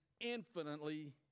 infinitely